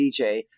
DJ